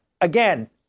again